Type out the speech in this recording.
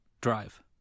drive